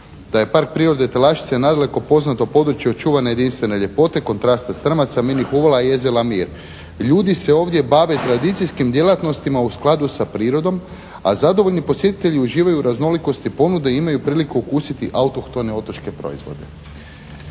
da je Park prirode Telaščica nadaleko poznato područje očuvane jedinstvene ljepote, kontrasta strmaca, mini uvala i jezera Mir. Ljudi se ovdje bave tradicijskim djelatnostima u skladu sa prirodom, a zadovoljni posjetitelji uživaju u raznolikosti ponude i imaju priliku okusiti autohtone otočke proizvode.